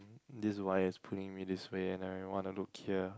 this wire is pulling me this way and everyone are look here